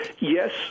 yes